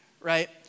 right